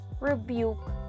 Rebuke